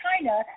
China